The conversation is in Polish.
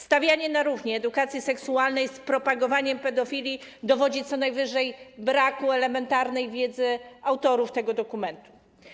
Stawianie na równi edukacji seksualnej z propagowaniem pedofilii dowodzi co najwyżej braku elementarnej wiedzy autorów tego dokumentu.